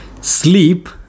Sleep